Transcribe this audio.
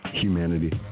humanity